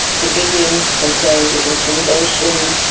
civilians complained of intimidation,